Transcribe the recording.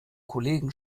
kollegen